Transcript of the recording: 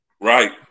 Right